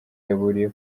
yaburiye